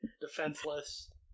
defenseless